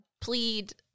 plead